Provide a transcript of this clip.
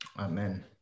Amen